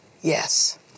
yes